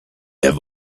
have